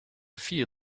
feel